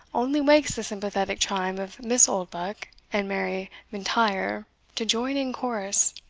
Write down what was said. only wakes the sympathetic chime of miss oldbuck and mary m'intyre to join in chorus.